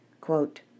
Quote